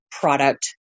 product